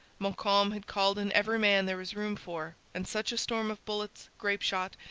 montcalm had called in every man there was room for, and such a storm of bullets, grape-shot,